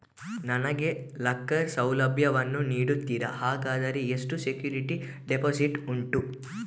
ನನಗೆ ಲಾಕರ್ ಸೌಲಭ್ಯ ವನ್ನು ನೀಡುತ್ತೀರಾ, ಹಾಗಾದರೆ ಎಷ್ಟು ಸೆಕ್ಯೂರಿಟಿ ಡೆಪೋಸಿಟ್ ಉಂಟು?